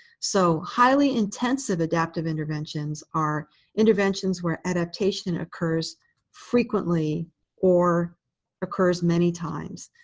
so highly intensive adaptive interventions are interventions where adaptation occurs frequently or occurs many times.